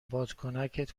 بادکنکت